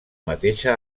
mateixa